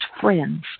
friends